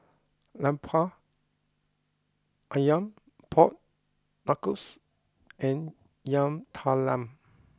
Lemper Ayam Pork Knuckles and Yam Talam